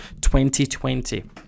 2020